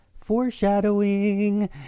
Foreshadowing